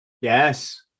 yes